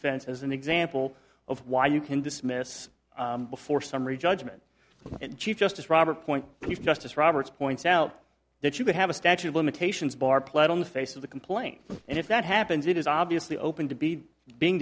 fense as an example of why you can dismiss before summary judgment and chief justice roberts point peace justice roberts points out that you have a statute of limitations bar pled on the face of the complaint and if that happens it is obviously open to be being